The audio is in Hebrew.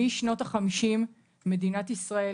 משנות החמישים מדינת ישראל,